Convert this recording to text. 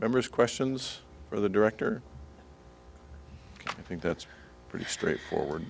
members questions for the director i think that's pretty straightforward